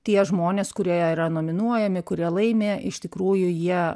tie žmonės kurie yra nominuojami kurie laimi iš tikrųjų jie